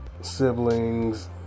siblings